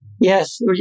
Yes